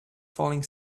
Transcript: falling